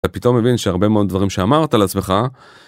אתה פתאום מבין שהרבה מאוד דברים שאמרת על עצמך.